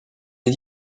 des